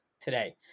today